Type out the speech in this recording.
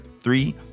three